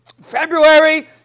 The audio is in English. February